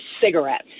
cigarettes